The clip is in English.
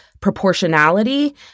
proportionality